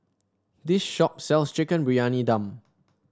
this shop sells Chicken Briyani Dum